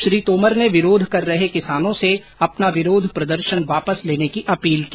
श्री तोमर ने विरोध कर रहे किसानों से अपना विरोध प्रदर्शन वापस लेने की अपील की